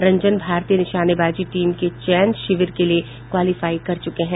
रंजन भारतीय निशानेबाजी टीम के चयन शिविर के लिए क्वाइलीफाई कर चुके हैं